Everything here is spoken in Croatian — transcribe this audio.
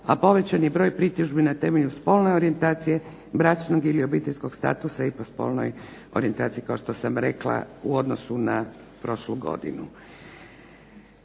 a povećan je broj pritužbi na temelju spolne orijentacije, bračnog ili obiteljskog statusa i po spolnoj orijentaciji kao što sam rekla u odnosu na prošlu godinu.